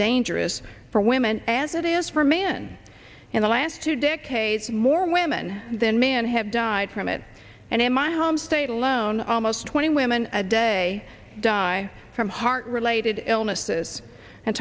dangerous for women as it is for man in the last two decades more women than men have died from it and in my home state alone almost twenty women a day die from heart related illnesses and